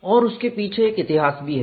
और उसके पीछे एक इतिहास भी है